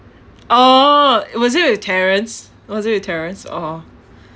oh was it with terence was it with terence or